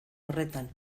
horretan